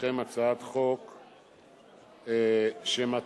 חבר הכנסת בר-און, נא